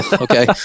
Okay